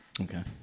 Okay